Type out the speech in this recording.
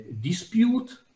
dispute